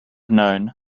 known